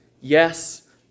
Yes